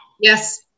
Yes